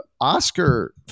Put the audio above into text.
Oscar